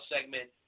segment